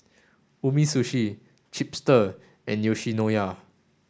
Umisushi Chipster and Yoshinoya